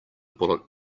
bullet